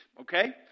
okay